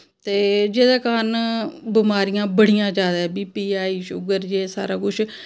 ते जेह्दे कारण बमारियां बड़ियां जैदा बी पी हाई शुगर जे सारा कुछ